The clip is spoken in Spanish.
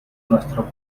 nuestro